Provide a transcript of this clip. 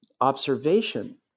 observation